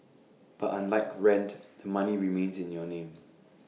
but unlike rent the money remains in your name